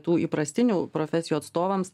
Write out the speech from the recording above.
tų įprastinių profesijų atstovams